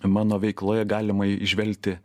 mano veikloje galima į įžvelgti